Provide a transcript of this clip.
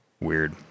weird